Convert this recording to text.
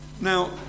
Now